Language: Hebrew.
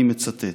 אני מצטט: